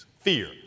Fear